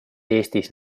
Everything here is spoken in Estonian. eestis